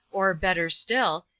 or, better still,